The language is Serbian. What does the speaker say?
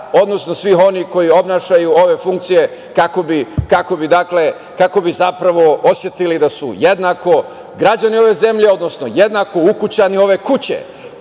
odnosno svih onih koji obavljaju ove funkcije kako bi osetili da su jednako građani ove zemlje, odnosno jednako ukućani ove kuće. Ne